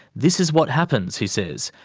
this is what happens, he says,